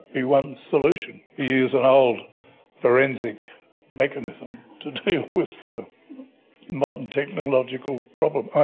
be one solution. use and old forensic mechanism to deal with a modern technological problem.